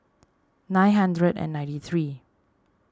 nine hundred and ninety three